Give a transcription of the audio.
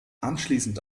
anschließend